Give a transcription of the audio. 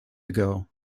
ago